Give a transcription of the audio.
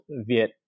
Viet